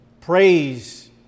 praise